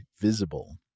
Visible